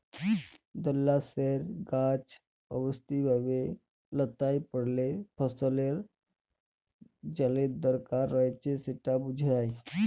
দালাশস্যের গাহাচ অস্থায়ীভাবে ল্যাঁতাই পড়লে ফসলের জলের দরকার রঁয়েছে সেট বুঝায়